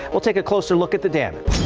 we'll take a closer look at the dan.